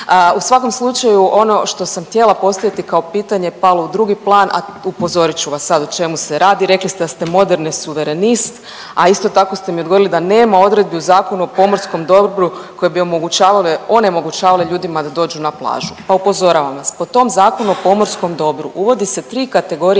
U svakom slučaju ono što sam htjela postaviti kao pitanje palo je u drugi plan, a upozorit ću sad o čemu se radi. Rekli ste da ste moderni suverenist, a isto tako ste mi odgovorili da nema odredbi u Zakonu o pomorskom dobru koje bi omogućavale, onemogućavale ljudima da dođu na plažu. Pa upozoravam vas po tom zakonu o pomorskom dobru uvodi se tri kategorije